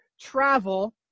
travel